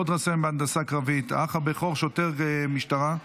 עוד רב-סרן בהנדסה קרבית, האח הבכור שוטר משטרה,